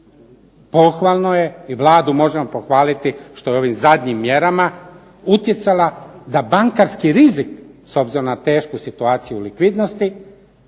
pohvalno je i Vladu možemo pohvaliti što je ovim zadnjim mjerama utjecala da bankarski rizik s obzirom na tešku situaciju likvidnosti